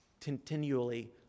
continually